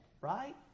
right